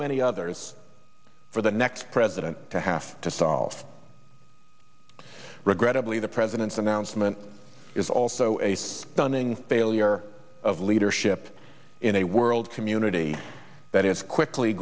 many others for the next president to have to solve regrettably the president's announcement is also a stunning failure of leadership in a world community that is quickly